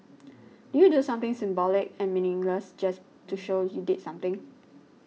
do you do something symbolic and meaningless just to show you did something